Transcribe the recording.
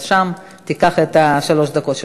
אז שם תיקח את שלוש הדקות שלך.